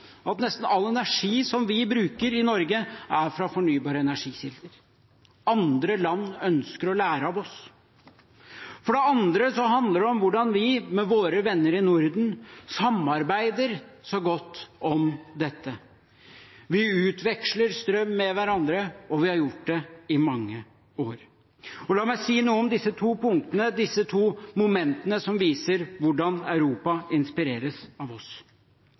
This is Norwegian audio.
at nesten all energi vi bruker i Norge, er fra fornybare energikilder. Andre land ønsker å lære av oss. For det andre handler det om hvordan vi, med våre venner i Norden, samarbeider så godt om dette. Vi utveksler strøm med hverandre, og vi har gjort det i mange år. La meg si noe om disse to punktene, disse to momentene, som viser hvordan Europa inspireres av oss.